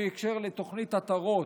בהקשר של תוכנית עטרות: